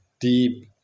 deep